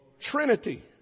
Trinity